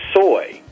soy